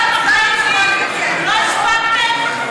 לא הספקתם,